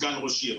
סגן ראש עיר,